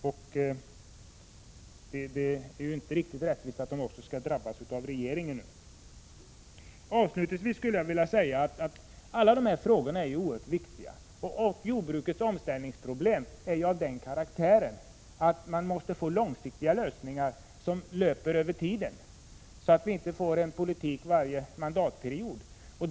Det är inte riktigt rättvist att de också skall drabbas av regeringen! Avslutningsvis vill jag säga att alla dessa frågor är oerhört viktiga. Jordbrukets omställningsproblem är av den karaktären att man måste få långsiktiga lösningar, så att vi inte får en ny politik varje mandatperiod.